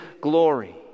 glory